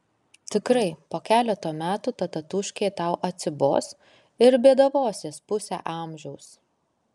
tikrai po keleto metų ta tatūškė tau atsibos ir bėdavosies pusę amžiaus